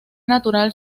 natural